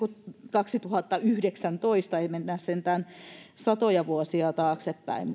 kaksituhattayhdeksäntoista ei mennä sentään satoja vuosia taaksepäin